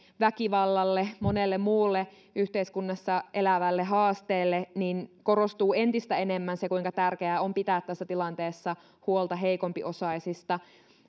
väkivallalle monelle muulle yhteiskunnassa elävälle haasteelle niin korostuu entistä enemmän se kuinka tärkeää on pitää tässä tilanteessa huolta heikompiosaisista